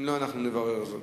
אם לא, נברר זאת.